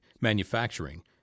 manufacturing